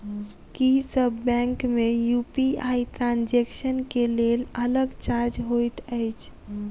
की सब बैंक मे UPI transaction केँ लेल अलग चार्ज होइत अछि?